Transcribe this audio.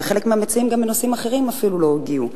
וגם חלק מהמציעים בנושאים אחרים לא הגיעו.